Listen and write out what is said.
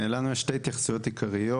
לנו יש שתי התייחסויות עיקריות.